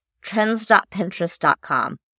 trends.pinterest.com